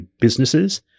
businesses